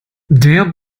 der